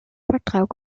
vertrag